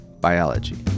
Biology